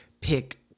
pick